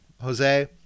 Jose